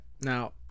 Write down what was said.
Now